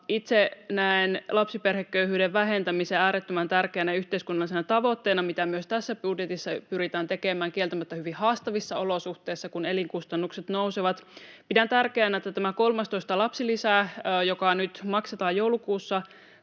Itse näen lapsiperheköyhyyden vähentämisen äärettömän tärkeänä yhteiskunnallisena tavoitteena, mitä myös tässä budjetissa pyritään tekemään, kieltämättä hyvin haastavissa olosuhteissa, kun elinkustannukset nousevat. Pidän tärkeänä, että tämä kolmastoista lapsilisä, joka nyt maksetaan joulukuussa